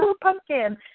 pumpkin